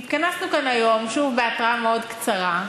התכנסנו כאן היום, שוב, בהתרעה מאוד קצרה,